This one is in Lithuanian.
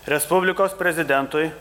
respublikos prezidentui